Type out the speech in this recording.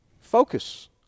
focus